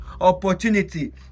opportunity